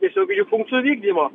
tiesioginių funkcijų vykdymo